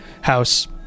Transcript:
house